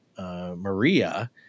Maria